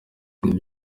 ibyo